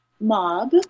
mob